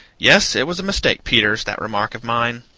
yes, it was a mistake, peters that remark of mine.